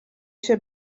się